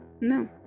No